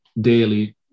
daily